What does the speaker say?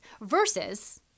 versus